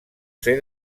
ser